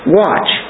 watch